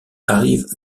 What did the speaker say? arrive